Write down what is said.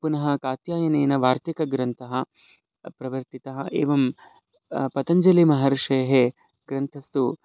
पुनः कात्यायनेन वार्तिकग्रन्थः प्रवर्तितः एवं पतञ्जलिमहर्षेः ग्रन्थस्तु